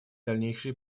дальнейшие